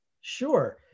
Sure